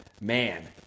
man